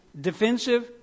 defensive